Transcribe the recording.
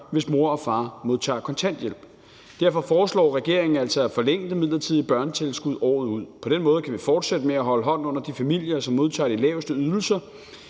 hvis mor og far modtager kontanthjælp. Derfor foreslår regeringen altså at forlænge det midlertidige børnetilskud året ud. På den måde kan vi fortsætte med at holde hånden under de familier, som modtager de laveste ydelser